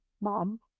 mom